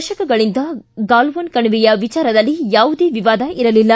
ದಶಕಗಳಿಂದ ಗಾಲ್ವನ್ ಕಣಿವೆಯ ವಿಚಾರದಲ್ಲಿ ಯಾವುದೇ ವಿವಾದ ಇರಲಿಲ್ಲ